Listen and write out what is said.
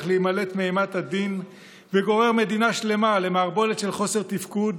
להימלט מאימת הדין וגורר מדינה שלמה למערבולת של חוסר תפקוד